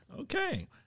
okay